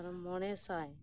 ᱟᱨ ᱢᱚᱬᱮ ᱥᱟᱭ